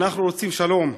אנחנו רוצים שלום.